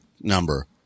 number